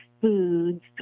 foods